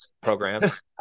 programs